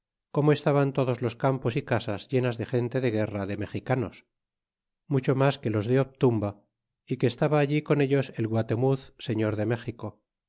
como estaban todos los campos y casas llenas de gente de guerra de mexicanos mucho mas que los de obturaba y que estaba allí con ellos el guatemnz señor de méxico